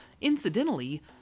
incidentally